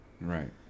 Right